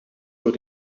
voor